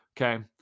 Okay